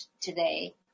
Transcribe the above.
today